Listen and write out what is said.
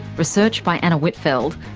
research by anna whitfeld,